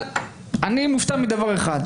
אני מופתע מדבר אחד,